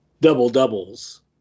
double-doubles